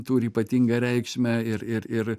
turi ypatingą reikšmę ir ir ir